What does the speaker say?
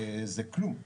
זה כלום.